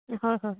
হয় হয়